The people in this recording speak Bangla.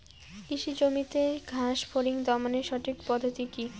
কৃষি জমিতে ঘাস ফরিঙ দমনের সঠিক পদ্ধতি কি?